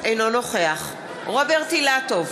אינו נוכח רוברט אילטוב,